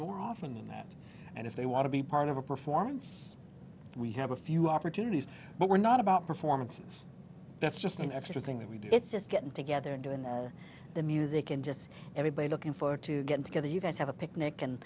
more often than that and if they want to be part of a performance we have a few opportunities but we're not about performances that's just an extra thing that we do it's just getting together and doing the music and just everybody looking forward to get together you guys have a picnic and